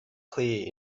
clear